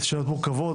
אלה שאלות מורכבות,